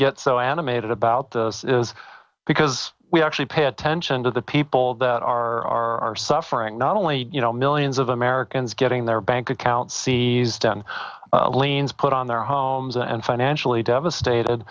get so animated about this is because we actually pay attention to the people that are suffering not only you know millions of americans getting their bank accounts seized and liens put on their homes and financially devastated